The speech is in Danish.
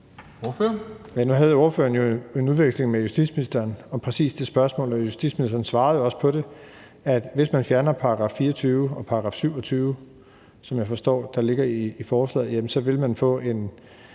Nu havde ordføreren jo en udveksling med justitsministeren om præcis det spørgsmål, og justitsministeren svarede også på det, nemlig at hvis man fjerner § 24 og § 27, som jeg forstår der ligger i forslaget, vil det have